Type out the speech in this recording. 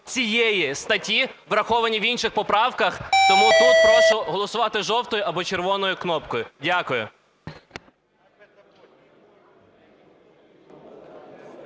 цієї статті враховані в інших поправках. Тому тут прошу голосувати жовтою або червоною кнопкою. Дякую.